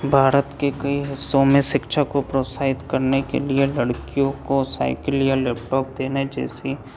भारत के कई हिस्सों में शिक्षा को प्रोत्साहित करने के लिए लड़कियों को साइकिल या लैपटॉप देने जैसी